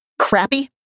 crappy